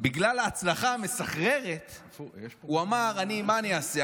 בגלל ההצלחה המסחררת הוא אמר: מה אני אעשה?